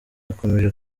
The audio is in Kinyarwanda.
akomeje